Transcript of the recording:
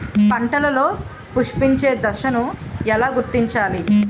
పంటలలో పుష్పించే దశను ఎలా గుర్తించాలి?